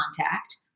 contact